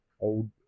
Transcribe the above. old